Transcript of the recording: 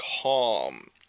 calm